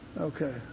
Okay